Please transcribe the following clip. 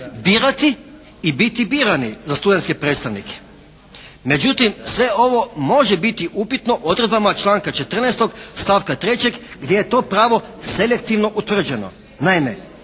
birati i biti birani za studentske predstavnike. Međutim, sve ovo može biti upitno odredbama članka 14. stavka 3. gdje je to pravo selektivno utvrđeno.